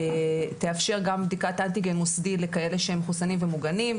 תאפשר גם בדיקת אנטיגן מוסדי לכאלה שהם מחוסנים ומוגנים,